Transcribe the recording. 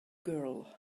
girl